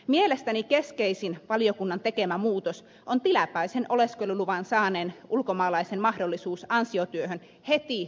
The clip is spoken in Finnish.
mielestäni keskeisin valiokunnan tekemä muutos on tilapäisen oleskeluluvan saaneen ulkomaalaisen mahdollisuus ansiotyöhön heti luvan saatuaan